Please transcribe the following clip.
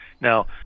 Now